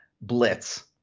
blitz